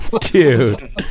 Dude